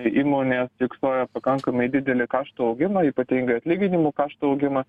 įmonės fiksuoja pakankamai didelį kaštų augimą ypatingai atlyginimų kaštų augimą